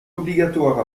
obligatoire